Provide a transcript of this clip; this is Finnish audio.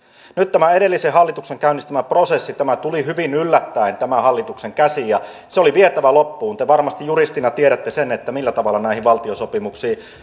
nyt tämä edellisen hallituksen käynnistämä prosessi tuli hyvin yllättäen tämän hallituksen käsiin ja se oli vietävä loppuun te varmasti juristina tiedätte millä tavalla näihin valtiosopimuksiin